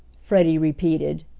freddie repeated.